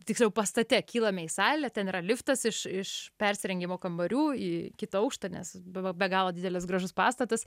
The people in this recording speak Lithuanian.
tiksliau pastate kylame į salę ten yra liftas iš iš persirengimo kambarių į kitą aukštą nes buvo be galo didelis gražus pastatas